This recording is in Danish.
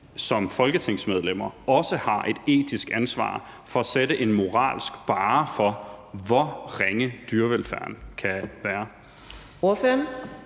som folketingsmedlemmer også har et etisk ansvar for at sætte en moralsk barre for, hvor ringe dyrevelfærden kan være?